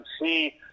see